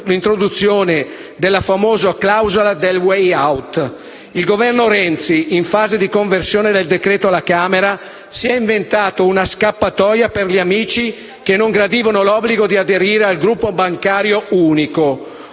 l'introduzione della famosa clausola del *way out*. II Governo Renzi, in fase di conversione del decreto-legge alla Camera, si è inventato una scappatoia per gli amici che non gradivano l'obbligo di aderire al gruppo bancario unico;